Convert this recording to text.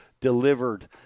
delivered